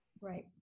Right